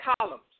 columns